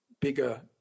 bigger